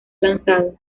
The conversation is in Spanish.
lanzado